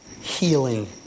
healing